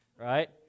right